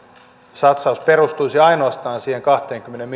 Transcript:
satsaus perustuisi ainoastaan siihen kahteenkymmeneen